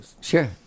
Sure